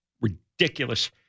ridiculous